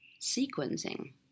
sequencing